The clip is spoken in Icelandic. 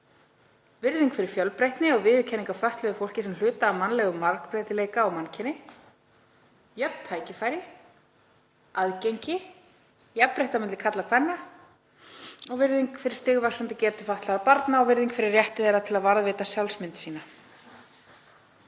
virðing fyrir fjölbreytni og viðurkenningu á fötluðu fólki sem hluta af mannlegum margbreytileika og mannkyni, jöfn tækifæri, aðgengi, jafnrétti milli karla og kvenna, virðing fyrir stigvaxandi getu fatlaðra barna og virðing fyrir rétti þeirra til að varðveita sjálfsmynd sína.